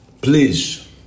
Please